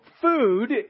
food